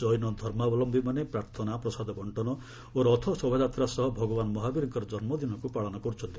ଜୈନଧର୍ମାବଲମ୍ଭୀମାନେ ପ୍ରାର୍ଥନା ପ୍ରସାଦ ବର୍ଷନ ଓ ରଥ ଶୋଭାଯାତ୍ରା ସହ ଭଗବାନ ମହାବୀରଙ୍କ ଜନ୍ମଦିନକୁ ପାଳନ କରୁଛନ୍ତି